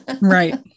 Right